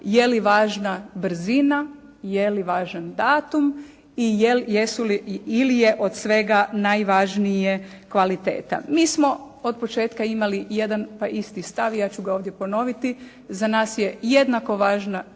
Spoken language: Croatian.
je li važna brzina? Je li važan datum ili je od svega najvažnija kvaliteta? Mi smo otpočetka imali jedan pa isti stav, ja ću ga ovdje ponoviti. Za nas je jednako važna